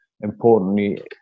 importantly